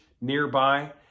nearby